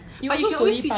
you also 分一半